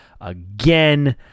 again